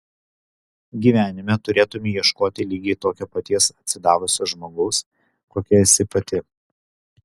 gyvenime turėtumei ieškoti lygiai tokio paties atsidavusio žmogaus kokia esi pati